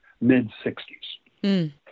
mid-60s